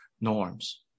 norms